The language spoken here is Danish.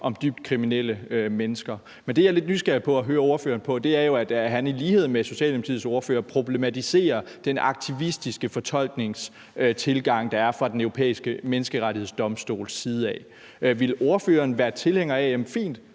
om dybt kriminelle mennesker. Men det, jeg er lidt nysgerrig efter at høre ordføreren om, er, at han i lighed med Socialdemokratiets ordfører problematiserer den aktivistiske fortolkningstilgang, der er fra Den Europæiske Menneskerettighedsdomstols side. Ville ordføreren være tilhænger af, at